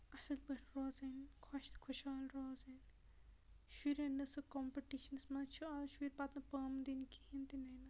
اصل پٲٹھۍ روزٕنۍ خۄش تہٕ خۄشحال روزٕنۍ شُرٮ۪ن نہٕ سُہ کمپِٹشَنَس منٛز چھِ اَز شُرۍ پَتہٕ نہٕ پامہٕ دِنۍ کِہیٖنۍ تِنینہٕ